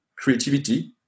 Creativity